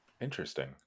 interesting